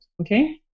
okay